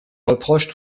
reproches